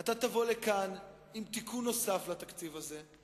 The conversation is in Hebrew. אתה תבוא לכאן עם תיקון נוסף לתקציב הזה,